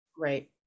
Right